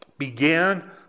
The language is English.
Began